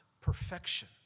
perfection